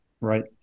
Right